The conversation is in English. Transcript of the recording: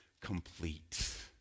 complete